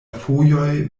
fojoj